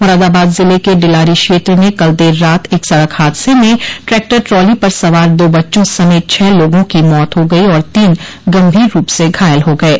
मुरादाबाद जिले के डिलारी क्षेत्र में कल देर रात एक सड़क हादसे में ट्रैक्टर ट्राली पर सवार दो बच्चों समेत छह लोगों की मौत हो गई और तीन गंभीर रूप से घायल हो गये